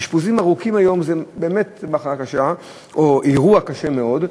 אשפוזים ארוכים היום הם באמת במחלה קשה או באירוע קשה מאוד.